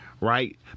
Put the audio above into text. right